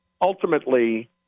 Ultimately